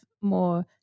more